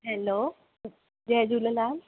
hello जय झूलेलाल